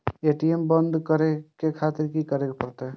ATM बंद करें खातिर की करें परतें?